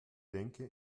denke